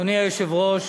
אדוני היושב-ראש,